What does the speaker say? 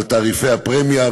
על תעריפי הפרמיה,